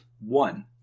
One